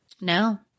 No